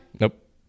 nope